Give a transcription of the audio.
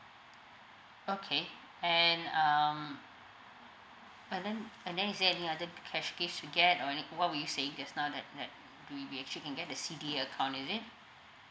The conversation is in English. okay and um but then and then is there any other cash gift to get or any what were you saying just now that that we we actually can get a C_D_A account is it